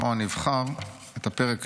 בואו נבחר את פרק,